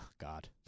God